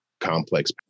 complex